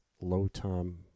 low-tom